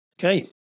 Okay